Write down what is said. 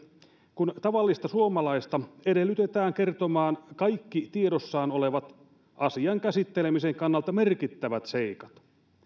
kun tavallista suomalaista edellytetään kertomaan kaikki tiedossaan olevat asian käsittelemisen kannalta merkittävät seikat